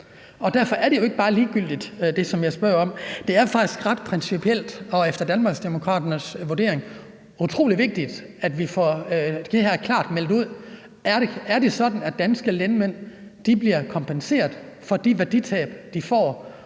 jeg spørger om, jo ikke bare ligegyldigt. Det er faktisk ret principielt og efter Danmarksdemokraternes vurdering utrolig vigtigt, at vi får det her klart meldt ud: Er det sådan, at danske landmænd bliver kompenseret for de værditab, de får